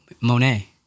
Monet